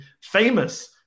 famous